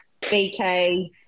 BK